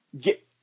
get